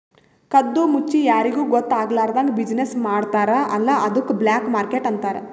ಕದ್ದು ಮುಚ್ಚಿ ಯಾರಿಗೂ ಗೊತ್ತ ಆಗ್ಲಾರ್ದಂಗ್ ಬಿಸಿನ್ನೆಸ್ ಮಾಡ್ತಾರ ಅಲ್ಲ ಅದ್ದುಕ್ ಬ್ಲ್ಯಾಕ್ ಮಾರ್ಕೆಟ್ ಅಂತಾರ್